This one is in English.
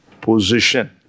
position